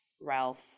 Ralph